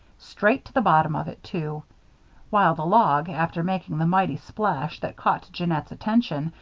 straight to the bottom of it, too while the log, after making the mighty splash that caught jeannette's attention,